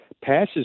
passes